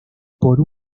por